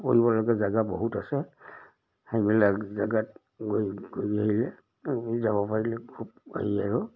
কৰিবলগা জেগা বহুত আছে সেইবেলাক জেগাত গৈ গৈ আহিলে আমি যাব পাৰিলে খুব আহি আৰু